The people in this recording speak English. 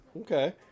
Okay